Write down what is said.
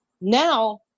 now